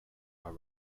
are